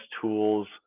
tools